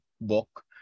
book